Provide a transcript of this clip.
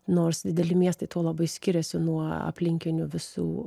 nors dideli miestai tuo labai skiriasi nuo aplinkinių visų